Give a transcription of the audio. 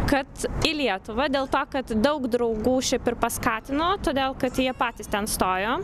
kad į lietuvą dėl to kad daug draugų šiaip ir paskatino todėl kad jie patys ten stojo